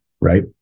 right